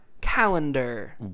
calendar